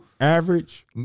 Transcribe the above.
average